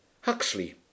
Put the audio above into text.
Huxley